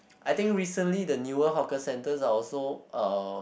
I think recently the newer hawker centres are also uh